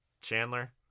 Chandler